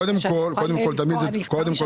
אורלי עדס ב-23.10.22